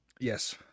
Yes